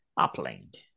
upland